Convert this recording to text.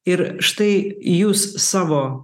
ir štai jūs savo